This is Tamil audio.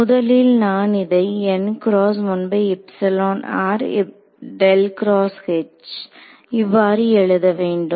முதலில் நான் இதை இவ்வாறு எழுத வேண்டும்